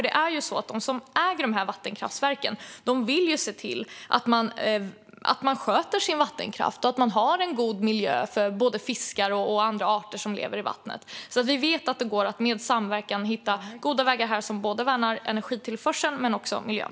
Det är nämligen så att de som äger dessa vattenkraftverk vill se till att deras vattenkraft sköts och att de har en god miljö för både fiskar och andra arter som lever i vattnet. Vi vet alltså att det genom samverkan går att hitta goda vägar som värnar både energitillförseln och miljön.